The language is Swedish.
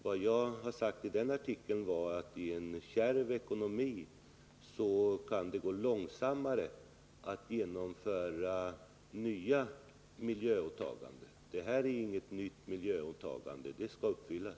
Vad jag har sagt är att det i en kärv ekonomi kan gå långsammare att genomföra nya miljöåtaganden. Men det här är inget nytt miljöåtagande — det skall uppfyllas.